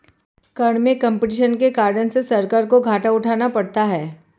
कर में कम्पटीशन के कारण से सरकार को घाटा उठाना पड़ता है